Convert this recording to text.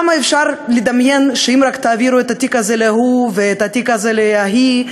כמה אפשר לדמיין שאם רק תעבירו את התיק הזה להוא ואת התיק הזה להיא,